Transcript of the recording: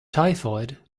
typhoid